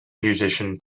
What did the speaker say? musician